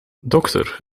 dokter